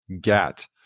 get